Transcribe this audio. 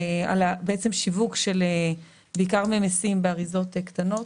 השיווק, בעיקר של ממיסים באריזות קטנות.